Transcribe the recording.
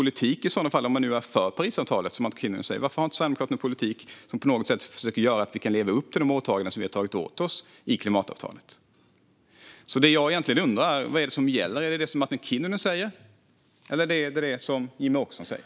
Om Sverigedemokraterna nu är för Parisavtalet, som Martin Kinnunen säger, varför har man inte en politik som på något sätt försöker göra att vi kan leva upp till de åtaganden som vi tagit på oss i klimatavtalet? Det jag egentligen undrar är vad det är som gäller. Är det det som Martin Kinnunen säger eller det som Jimmie Åkesson säger?